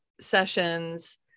sessions